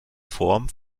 form